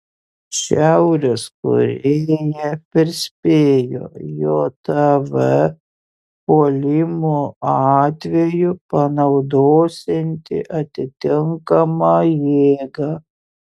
šiaurės korėja perspėjo jav puolimo atveju panaudosianti atitinkamą jėgą